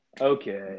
Okay